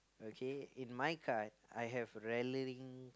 okay in my card I have rallying